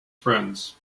friends